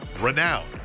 renowned